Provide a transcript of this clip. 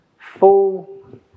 full